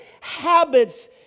habits